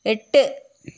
എട്ട്